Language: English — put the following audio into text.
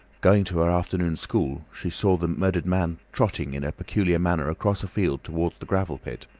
going to her afternoon school, she saw the murdered man trotting in a peculiar manner across a field towards the gravel pit.